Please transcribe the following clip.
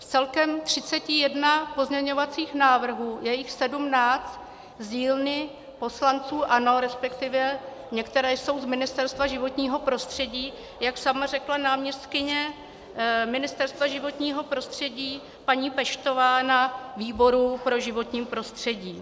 Z celkem 31 pozměňovacího návrhu je jich 17 z dílny poslanců ANO, respektive některé jsou z Ministerstva životního prostředí, jak sama řekla náměstkyně Ministerstva životního prostředí paní Peštová na výboru pro životní prostředí.